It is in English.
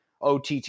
OTT